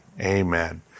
Amen